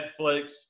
Netflix